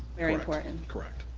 very important. correct,